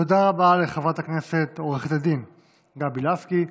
תודה רבה לחברת הכנסת עו"ד גבי לסקי.